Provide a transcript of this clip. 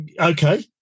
Okay